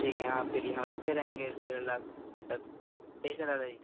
ठीक है हाँ आपके लिए हम रखे रहेंगे डेढ़ लाख तक ठीक है दादा जी